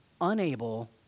unable